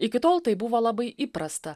iki tol tai buvo labai įprasta